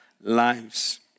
lives